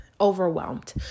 Overwhelmed